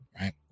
right